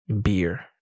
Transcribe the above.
beer